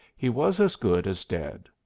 he was as good as dead.